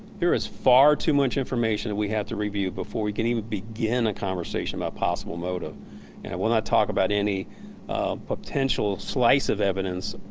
there is far too much information and we have to review before we can um begin a conversation about possible motive. and i will not talk about any potential slice of evident,